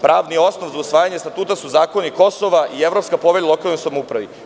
Pravni osnov za usvajanje statuta su zakoni Kosova i Evropska povelja o lokalnoj samoupravi.